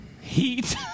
heat